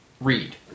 read